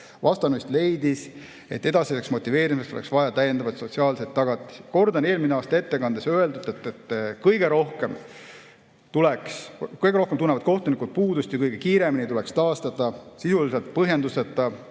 vastanuist leidis, et edasiseks motiveerimiseks oleks vaja täiendavaid sotsiaalseid tagatisi. Kordan eelmise aasta ettekandes öeldut, et kõige rohkem tunnevad kohtunikud puudust ja kõige kiiremini tuleks taastada sisuliste põhjendusteta,